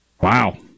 Wow